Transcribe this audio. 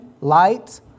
light